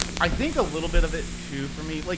i think a little bit of it too for me, like